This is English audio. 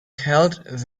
held